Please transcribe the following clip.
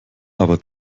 aber